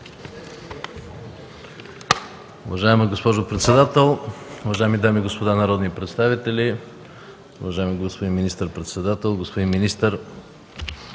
Уважаема госпожо председател, уважаеми дами и господа народни представители, уважаеми господин министър-председател, господин министър!